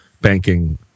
banking